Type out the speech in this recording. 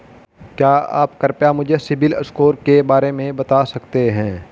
क्या आप कृपया मुझे सिबिल स्कोर के बारे में बता सकते हैं?